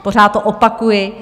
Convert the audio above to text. Pořád to opakuji.